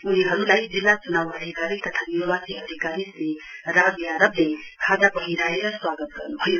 उनीहरुलाई जिल्ला चुनाउ अधिकारी तथा निर्वाची अधिकारी श्री राज यादवले खादा पहिराएर स्वागत गर्नुभयो